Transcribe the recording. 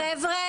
חבר'ה,